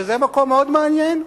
שזה מקום מאוד מעניין,